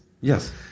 Yes